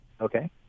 Okay